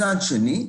מצד שני,